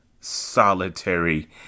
solitary